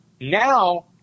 Now